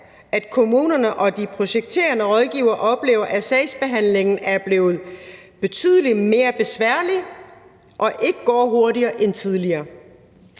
at kommunerne og de projekterende rådgivere oplever, at sagsbehandlingen er blevet betydelig mere besværlig og ikke går hurtigere end tidligere.